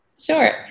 Sure